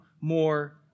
more